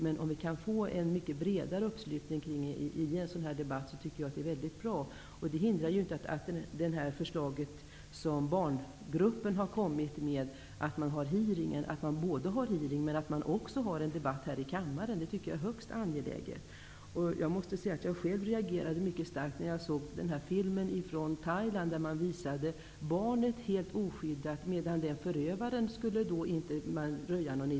Men om vi kan få en mycket bredare uppslutning i en sådan debatt, tycker jag att det vore mycket bra. Det hindrar inte att man både har en hearing, vilket barngruppen har väckt förslag om, och en debatt här i kammaren. Det tycker jag är högst angeläget. Jag reagerade självt mycket starkt när jag såg den här filmen från Thailand, där man visade barnet helt oskyddat, medan förövarens identitet inte skulle röjas.